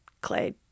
Clay